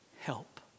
help